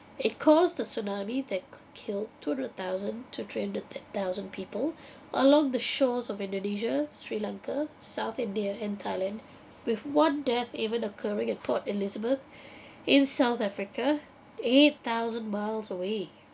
it caused the tsunami that killed two hundred thousand to three hundred eight thousand people along the shores of indonesia sri lanka south india and thailand with one death even occurring at port elizabeth in south africa eight thousand miles away